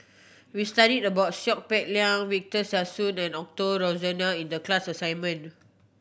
we studied about Seow Peck Leng Victor Sassoon and Osbert Rozario in the class assignment